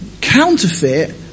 counterfeit